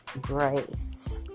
grace